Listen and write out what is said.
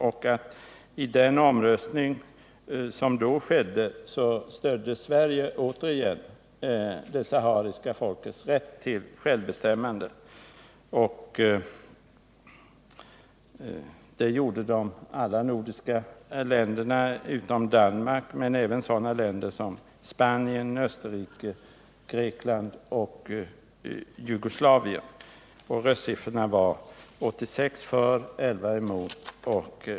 Vid den omröstning som då skedde stödde Sverige återigen det sahariska folkets rätt till självbestämmande, och det gjorde alla länder i Norden utom Danmark. Även länder som Spanien, Österrike, Grekland och Jugoslavien stödde det sahariska folket.